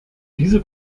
diese